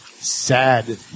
sad